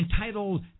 entitled